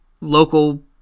local